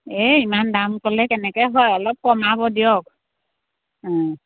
এই ইমান দাম ক'লে কেনেকৈ হয় অলপ কমাব দিয়ক